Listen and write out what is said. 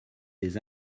des